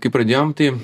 kai pradėjom tai